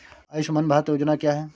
आयुष्मान भारत योजना क्या है?